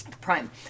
Prime